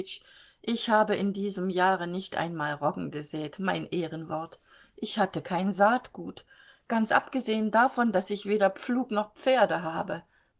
ich habe in diesem jahre nicht einmal roggen gesät mein ehrenwort ich hatte kein saatgut ganz abgesehen davon daß ich weder pflug noch pferde habe